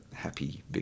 happy